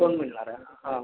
discount मिळणार आहे हा